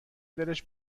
دلش